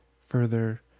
further